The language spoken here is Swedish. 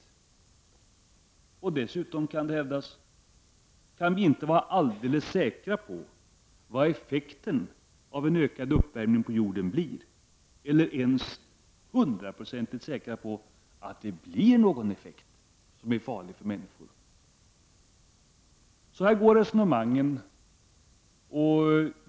Det kan dessutom hävdas att vi inte kan vara helt säkra på vad effekten av en ökad uppvärmning på jorden blir. Vi är inte ens hundraprocentigt säkra på att det blir någon effekt som är farlig för människan. Så här går resonemangen.